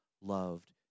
loved